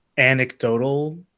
anecdotal